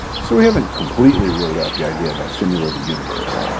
so we haven't completely ruled out the idea of a simulated universe.